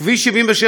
כביש 77,